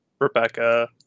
Rebecca